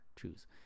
Choose